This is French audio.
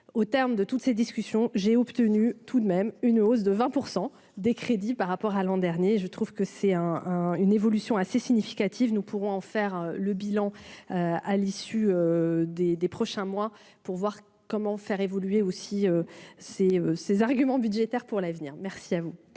au terme de toutes ces discussions, j'ai obtenu tout de même une hausse de 20 % des crédits par rapport à l'an dernier, je trouve que c'est un un une évolution assez significative, nous pourrons en faire le bilan à l'issue des des prochains mois pour voir comment faire évoluer aussi ces ces arguments budgétaires pour l'avenir, merci à vous